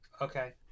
Okay